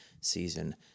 season